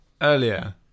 earlier